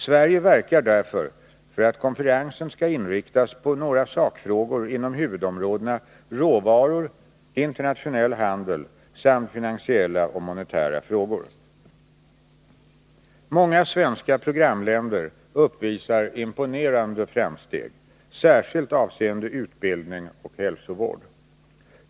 Sverige verkar därför för att konferensen skall inriktas på några sakfrågor inom huvudområdena råvaror, internationell handel samt finansiella och monetära frågor. Många svenska programländer uppvisar imponerande framsteg, särskilt avseende utbildning och hälsovård.